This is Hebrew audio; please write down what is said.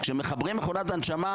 כשמחברים מכונת הנשמה,